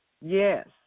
Yes